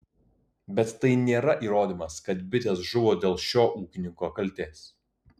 bet tai nėra įrodymas kad bitės žuvo dėl šio ūkininko kaltės